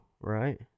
right